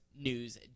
news